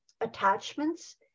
attachments